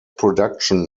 production